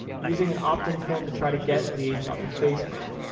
using an optin-form to try to get leads off of facebook.